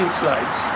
slides